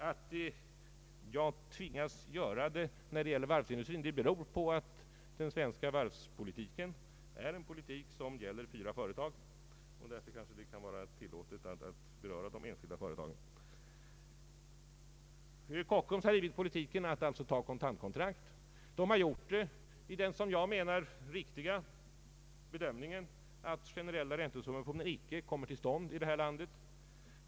Att jag tvingas göra det när det gäller varvsindustrin beror på att den svenska varvspolitiken är en politik som gäller fyra företag, och därför kanske det kan vara tillåtet att beröra de enskilda företagen. Kockums har drivit politiken att ta kontantkontrakt. Detta varv har gjort det — i den som jag menar riktiga bedömningen att generella räntesubventioner icke kommer till stånd i det här landet.